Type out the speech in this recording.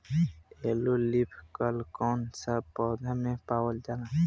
Yellow leaf curl कौन सा पौधा में पावल जाला?